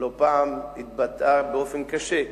לא פעם התבטאה באופן קשה,